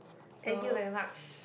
thank you very much